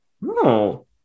No